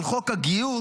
על חוק הגיוס,